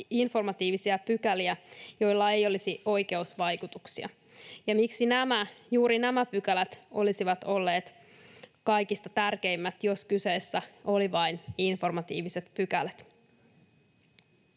informatiivisia pykäliä, joilla ei olisi oikeusvaikutuksia, ja miksi juuri nämä pykälät olisivat olleet kaikista tärkeimmät, jos kyseessä olivat vain informatiiviset pykälät.